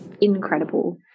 incredible